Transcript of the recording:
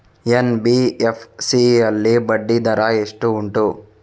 NBFC ಯಲ್ಲಿ ಬಡ್ಡಿ ದರ ಎಷ್ಟು ಉಂಟು?